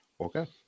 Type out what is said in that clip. Okay